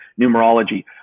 numerology